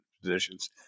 positions